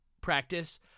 practice